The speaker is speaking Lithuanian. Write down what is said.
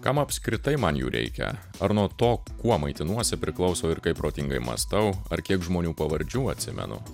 kam apskritai man jų reikia ar nuo to kuo maitinuosi priklauso ir kaip protingai mąstau ar kiek žmonių pavardžių atsimenu